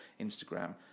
Instagram